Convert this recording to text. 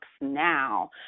now